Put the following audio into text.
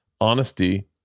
honesty